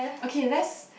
okay lets